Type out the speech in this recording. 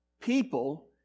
people